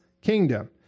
kingdom